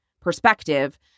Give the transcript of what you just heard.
perspective